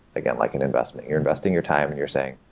again, like an investment. you're investing your time and you're saying,